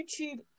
YouTube